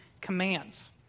commands